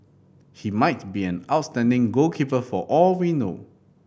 he might be an outstanding goalkeeper for all we know